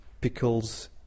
pickles